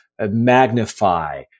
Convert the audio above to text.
magnify